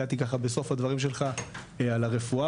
הגעתי ככה בסוף הדברים שלך על הרפואה